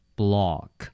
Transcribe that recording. block